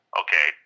okay